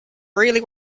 really